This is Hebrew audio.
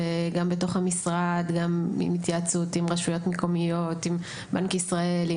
וגם בתוך המשרד עם התייעצות עם רשויות מקומיות ועם בנק ישראל.